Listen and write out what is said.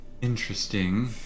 Interesting